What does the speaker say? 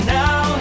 now